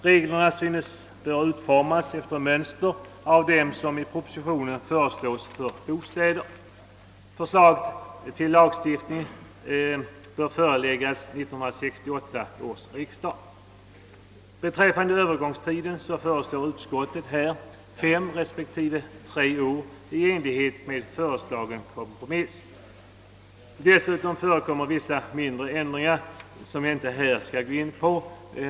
Reglerna synes böra utformas efter mönster av dem som i propositionen föreslås för bostäder. Förslag till lagstiftning bör föreläggas 1968 års riksdag. Beträffande övergångstiden föreslår utskottet fem respektive tre år i enlighet med föreslagen kompromiss. Dessutom förekommer vissa mindre ändringar, som jag inte här skall gå in på.